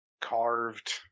carved